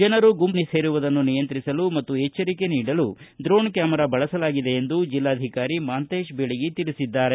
ಜನರು ಗುಂಪು ಸೇರುವುದನ್ನು ನಿಯಂತ್ರಿಸಲು ಮತ್ತು ಎಚ್ದರಿಕೆ ನೀಡಲು ಡ್ರೋಣ್ ಕ್ಯಾಮರಾ ಬಳಸಲಾಗಿದೆ ಎಂದು ಜಿಲ್ಲಾಧಿಕಾರಿ ಮಹಾಂತೇಶ ಬೀಳಗಿ ತಿಳಿಸಿದ್ದಾರೆ